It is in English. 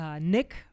Nick